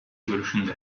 görüşünde